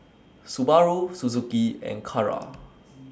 Subaru Suzuki and Kara